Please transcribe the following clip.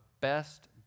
best